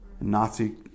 Nazi